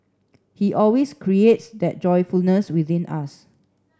he always creates that joyfulness within us